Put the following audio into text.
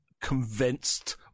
convinced